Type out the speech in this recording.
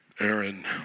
Aaron